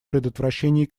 предотвращении